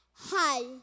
hi